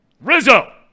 rizzo